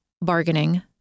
bargaining